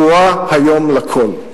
ברורה היום לכול.